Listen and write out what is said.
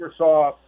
Microsoft